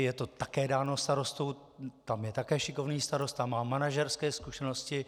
Je to také dáno starostou, tam je také šikovný starosta, má manažerské zkušenosti.